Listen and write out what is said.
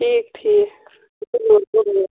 ٹھیٖک ٹھیٖک